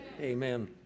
Amen